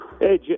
Hey